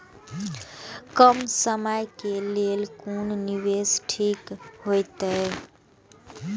कम समय के लेल कोन निवेश ठीक होते?